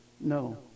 No